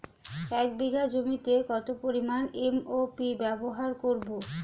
এক বিঘা জমিতে কত পরিমান এম.ও.পি ব্যবহার করব?